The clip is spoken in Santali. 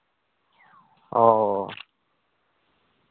ᱚ